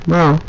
Wow